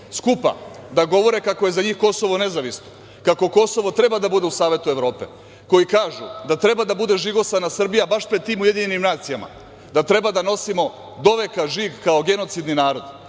skupa da govore kako je za njih Kosovo nezavisno, kako Kosovo treba da bude u Savetu Evrope, koji kažu da treba da bude žigosana Srbija baš pred tim Ujedinjenim Nacijama, da treba da nosimo doveka žig kao genocidni narod